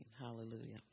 Hallelujah